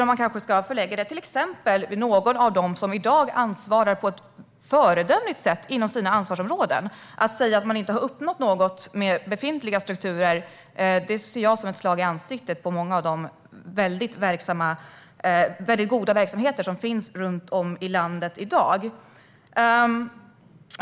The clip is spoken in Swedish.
Man kanske i stället ska förlägga det hela exempelvis till någon av dem som i dag på ett föredömligt sätt ansvarar för det här inom sina ansvarsområden. Att säga att man inte har uppnått något med befintliga strukturer ser jag som ett slag i ansiktet på många av de goda verksamheter som finns runt om i landet i dag.